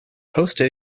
hosted